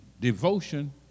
devotion